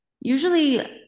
usually